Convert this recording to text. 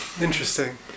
Interesting